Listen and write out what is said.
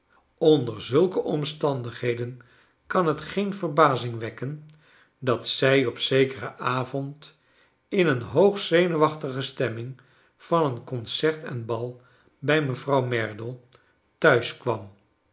onder zulke omstandigheden kan het geen verbazing wekken dat zij op zekeren avond in een hoogst zenuwachtige stemming van een concert en bal bij mevrouw mercharles